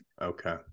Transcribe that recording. okay